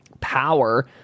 power